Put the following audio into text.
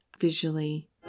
visually